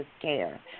care